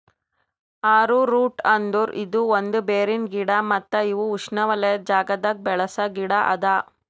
arrowroot ಅಂದುರ್ ಇದು ಒಂದ್ ಬೇರಿನ ಗಿಡ ಮತ್ತ ಇವು ಉಷ್ಣೆವಲಯದ್ ಜಾಗದಾಗ್ ಬೆಳಸ ಗಿಡ ಅದಾ